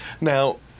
Now